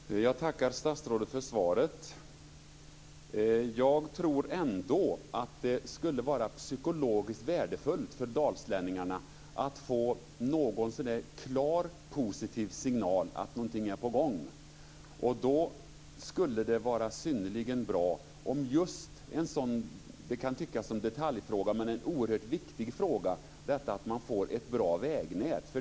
Fru talman! Jag tackar statsrådet för svaret. Jag tror ändå att det skulle vara psykologiskt värdefullt för dalslänningarna att få någon klar och positiv signal om att något är på gång. Det skulle vara synnerligen bra i just en sådan här fråga. Det kan tyckas som en detaljfråga, men det är oerhört viktigt att man får ett bra vägnät.